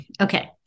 Okay